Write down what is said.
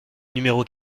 numéro